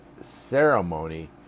ceremony